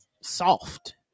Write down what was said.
soft